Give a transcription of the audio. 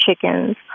chickens